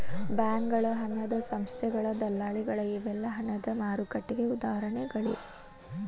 ಬ್ಯಾಂಕಗಳ ಹಣದ ಸಂಸ್ಥೆಗಳ ದಲ್ಲಾಳಿಗಳ ಇವೆಲ್ಲಾ ಹಣದ ಮಾರುಕಟ್ಟೆಗೆ ಉದಾಹರಣಿಗಳ